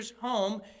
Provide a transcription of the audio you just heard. home